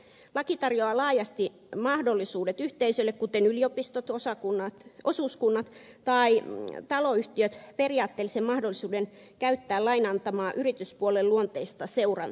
laki tarjoaa laajasti yhteisöille kuten yliopistoille osuuskunnille tai taloyhtiöille periaatteellisen mahdollisuuden käyttää lain antamaa yrityspuolen luonteista seurantaa